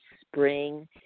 spring